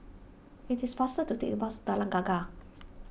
it is faster to take the bus Kallang Tengah